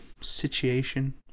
situation